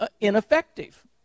ineffective